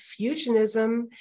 fusionism